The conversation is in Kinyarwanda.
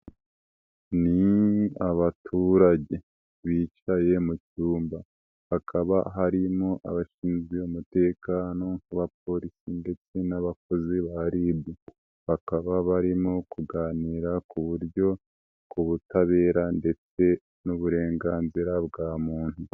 Ni abaturage bicaye mu cyumba hakaba harimo abashinzwe umutekano abapolisi ndetse n'abakozi ba RIB bakaba barimo kuganira ku buryo ku butabera ndetse n'uburenganzira bwa muntu.